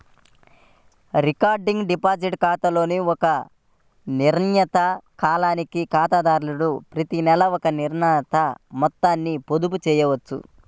recurring deposit ఖాతాలో ఒక నిర్ణీత కాలానికి ఖాతాదారుడు ప్రతినెలా ఒక నిర్ణీత మొత్తాన్ని పొదుపు చేయవచ్చు